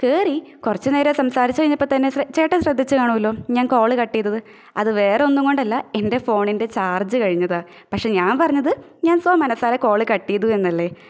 കയറി കുറച്ച് നേരം സംസാരിച്ച് കഴിഞ്ഞപ്പത്തന്നെ സ്ര ചേട്ടന് ശ്രദ്ധിച്ച് കാണുവല്ലോ ഞാന് കോള് കട്ട് ചെയ്തത് അത് വേറൊന്നും കൊണ്ടല്ല എന്റെ ഫോണിന്റെ ചാര്ജ്ജ് കഴിഞ്ഞതാ പക്ഷേ ഞാന് പറഞ്ഞത് ഞാന് സോമനസ്സാലെ കോള് കട്ട് ചെയ്തു എന്നല്ലെ